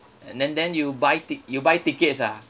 and then then you buy ti~ you buy tickets ah